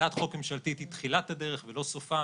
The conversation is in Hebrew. הצעת חוק ממשלתית היא תחילת הדרך ולא סופה.